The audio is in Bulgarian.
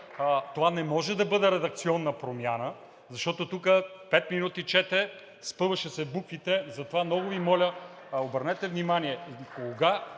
това не може да бъде редакционна промяна, защото тук пет минути чете, спъваше се в буквите. Много Ви моля, обърнете внимание кога